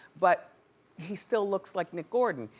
but he still looks like nick gordon.